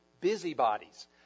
busybodies